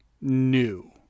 new